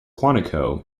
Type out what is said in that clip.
quantico